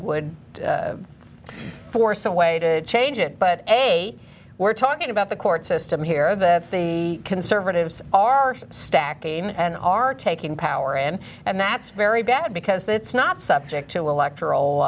would force a way to change it but hey we're talking about the court system here that the conservatives are stacked again and are taking power and and that's very bad because they it's not subject to electoral